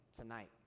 tonight